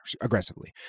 aggressively